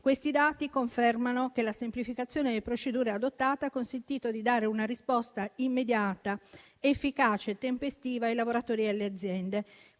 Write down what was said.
Questi dati confermano che la semplificazione delle procedure adottata ha consentito di dare una risposta immediata, efficace e tempestiva ai lavoratori e alle aziende.